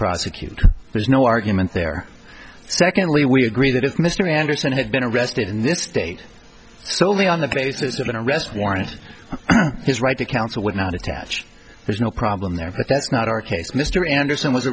prosecute there's no argument there secondly we agree that if mr anderson had been arrested in this state solely on the basis of an arrest warrant his right to counsel would not attach there's no problem there but that's not our case mr anderson was